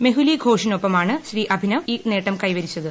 മെഹുലി ഘോഷിനൊപ്പമാണ് ശ്രീ അഭിനവ് ഈ നേട്ടം കൈവരിച്ചത്